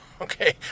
Okay